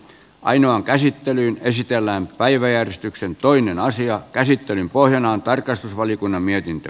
ainoan käsittelyyn esitellään päiväjärjestyksen toimiin asian käsittelyn pohjana on tarkastusvaliokunnan mietintö